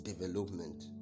development